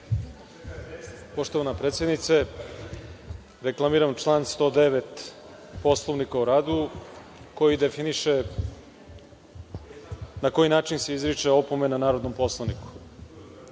Poštovana predsednice, reklamiram član 109. Poslovnik o radu, koji definiše, na koji način se izriče opomena narodnom poslaniku.